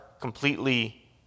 completely